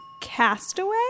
Castaway